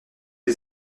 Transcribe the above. les